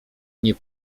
nie